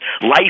life-